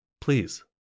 Please